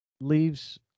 leaves